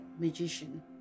magician